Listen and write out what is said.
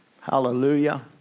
Hallelujah